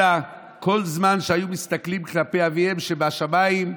אלא כל זמן שהיו מסתכלים כלפי אביהם שבשמיים,